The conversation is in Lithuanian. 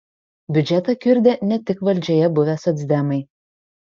biudžetą kiurdė ne tik valdžioje buvę socdemai